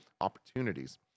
opportunities